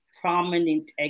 prominent